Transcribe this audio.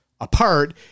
apart